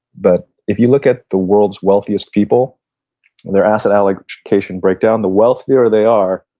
but if you look at the world's wealthiest people and their asset allocation breakdown, the wealthier they are,